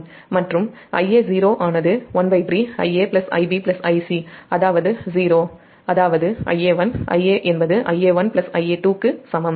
மற்றும் Ia0 ஆனது 13Ia Ib Ic அதாவது 0 அதாவதுIa என்பது Ia1 Ia2 க்கு சமம்